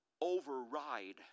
override